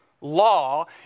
law